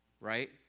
right